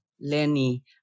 Lenny